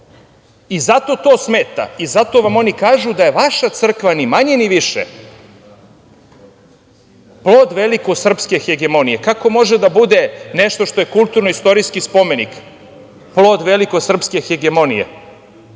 Zato to smeta. Zato vam oni kažu da je vaša crkva ni manje, ni više plod veliko srpske hegemonije. Kako može da bude nešto što je kulturno istorijski spomenik, plod veliko srpske hegemonije?